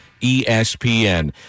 ESPN